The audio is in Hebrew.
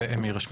ייקבע